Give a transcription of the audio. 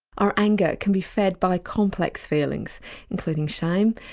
our anger can be fed by complex feelings including shame,